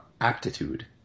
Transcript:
aptitude